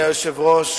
אדוני היושב-ראש,